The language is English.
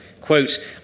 quote